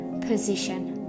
position